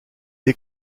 est